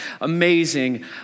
amazing